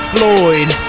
Floyd